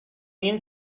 این